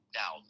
now